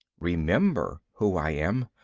remember who i am.